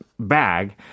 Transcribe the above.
bag